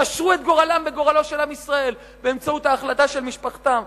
הם קשרו את גורלם בגורלו של עם ישראל באמצעות ההחלטה של משפחתם.